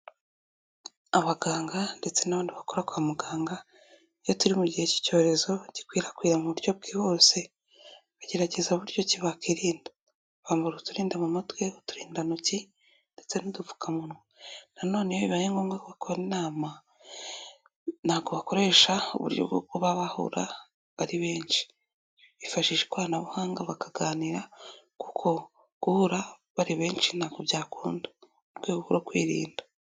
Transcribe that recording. Abaganga ndetse n'abandi bakora kwa muganga, iyo turi mu gihe k'icyorezo gikwirakwira mu buryo bwihuse, bagerageza buryo ki bakirinda, bambara uturinda mu matwi, uturindantoki ndetse n'udupfukamunwa, na none iyo bibaye ngombwa ko bakora inama, ntabwo bakoresha uburyo bwo kubahura ari benshi, bifashisha ikoranabuhanga bakaganira, kuko guhura bari benshi ntabwo byakunda, mu rwego rwo kwirinda.